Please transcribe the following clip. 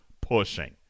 pushing